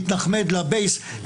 להתנחמד לבייס,